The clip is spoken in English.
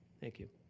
thank you.